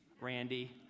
Randy